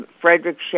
Frederick